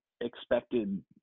expected